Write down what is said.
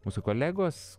mūsų kolegos